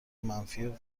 منفی